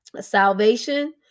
salvation